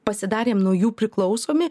pasidarėm nuo jų priklausomi